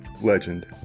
legend